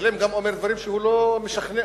גם אומר דברים שהוא לא משוכנע,